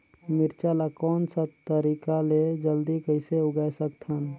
मिरचा ला कोन सा तरीका ले जल्दी कइसे उगाय सकथन?